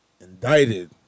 indicted